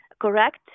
correct